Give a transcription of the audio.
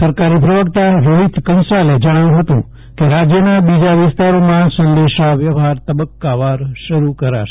સરકારી પ્રવક્તા રોહિત કંસાલે જણાવ્યુ હતું કે રાજયના બીજા વિસ્તારોમાં સંદેશાવ્યવજ઼ાર તબક્કાવાર શરૂ કરાશે